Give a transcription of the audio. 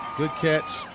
good catch.